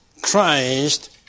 Christ